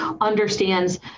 understands